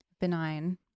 benign